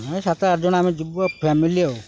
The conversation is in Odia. ନାହିଁ ସାତ ଆଠ ଜଣ ଆମେ ଯିବୁ ଫ୍ୟାମିଲି ଆଉ